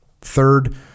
Third